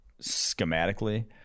schematically